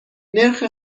نرخ